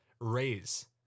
raise